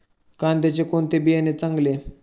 कांद्याचे कोणते बियाणे चांगले?